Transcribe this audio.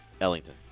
Ellington